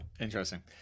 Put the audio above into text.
Interesting